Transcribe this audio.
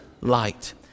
light